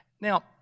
Now